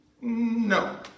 No